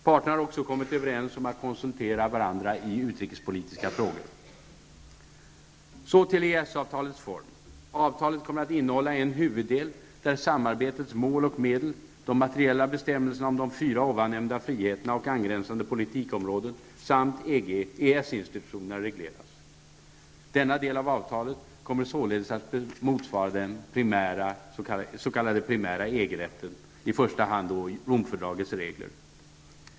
Parterna har även kommit överens om att konsultera varandra i utrikespolitiska frågor. Så till EES-avtalets form: -- Avtalet kommer att innehålla en huvuddel där samarbetets mål och medel, de materiella bestämmelserna om de fyra ovannämnda friheterna och angränsande politikområden samt EES institutionerna regleras. Denna del av avtalet kommer således motsvara den s.k. primära EG rätten, i första hand Romfördragets regler.